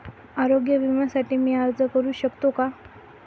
आरोग्य विम्यासाठी मी अर्ज करु शकतो का?